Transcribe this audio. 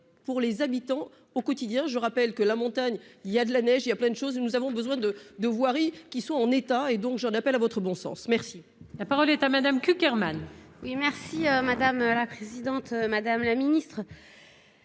pour les habitants, au quotidien, je rappelle que la montagne, il y a de la neige, il y a plein de choses, et nous avons besoin de de voirie qui sont en état et donc j'en appelle à votre bon sens merci. La parole est à Madame Cuq Hermann. Oui merci madame la présidente, madame la Ministre,